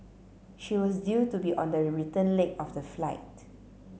she was due to be on the return leg of the flight